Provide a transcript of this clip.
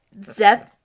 Zeth